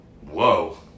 Whoa